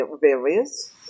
various